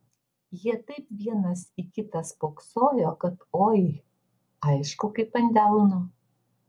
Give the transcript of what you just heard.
jie taip vienas į kitą spoksojo kad oi aišku kaip ant delno